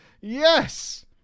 Yes